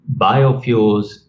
biofuels